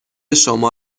شما